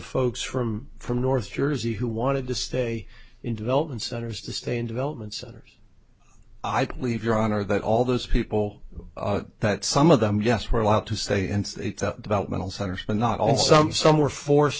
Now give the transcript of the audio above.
folks from from north jersey who wanted to stay in development centers to stay in development centers i believe your honor that all those people that some of them yes were allowed to stay and developmental centers but not all some some were forced